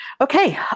Okay